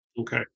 Okay